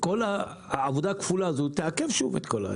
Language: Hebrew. כל העבודה הכפולה הזאת תעכב את זה שוב.